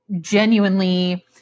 genuinely